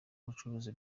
ubucuruzi